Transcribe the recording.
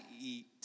eat